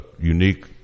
unique